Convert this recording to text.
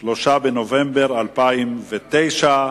3 בנובמבר 2009,